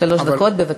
שלוש דקות, בבקשה.